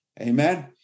amen